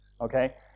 Okay